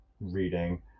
reading